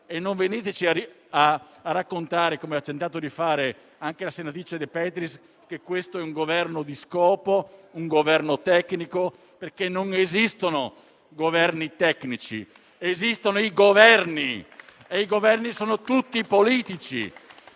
E non veniteci a raccontare, come ha tentato di fare anche la senatrice De Petris, che questo è un Governo di scopo, un Governo tecnico. Non esistono Governi tecnici: esistono i Governi. E i Governi sono tutti politici